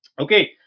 Okay